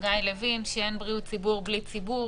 חגי לוין, שאין בריאות ציבור בלי ציבור.